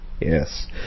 yes